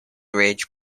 ridge